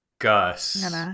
Gus